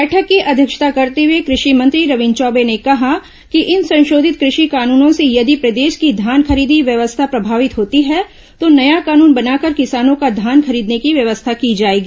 बैठक की अध्यक्षता करते हुए कृषि मंत्री रविन्द्र चौबे ने कहा कि इन संशोधित कृषि कानूनों से यदि प्रदेश की धान खरीदी व्यवस्था प्रभावित होती है तो नया कानून बनाकर किसानों का धान खरीदने की व्यवस्था की जाएगी